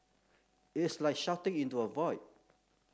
it's like shouting into a void